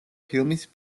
ფილმის